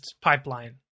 pipeline